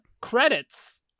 credits